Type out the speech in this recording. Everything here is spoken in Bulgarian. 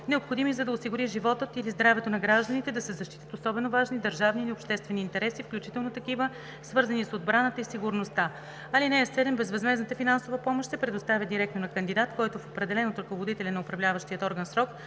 необходими, за да се осигури животът или здравето на гражданите, да се защитят особено важни държавни или обществени интереси, включително такива, свързани с отбраната и сигурността. (7) Безвъзмездната финансова помощ се предоставя директно на кандидат, който в определен от ръководителя на управляващия орган срок